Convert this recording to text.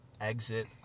exit